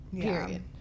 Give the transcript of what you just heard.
period